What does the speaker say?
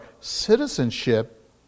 citizenship